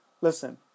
listen